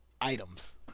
items